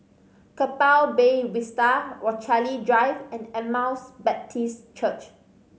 Keppel Bay Vista Rochalie Drive and Emmaus Baptist Church